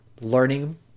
learning